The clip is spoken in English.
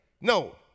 No